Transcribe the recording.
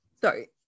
Sorry